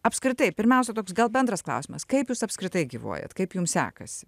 apskritai pirmiausia toks gal bendras klausimas kaip jūs apskritai gyvuojat kaip jum sekasi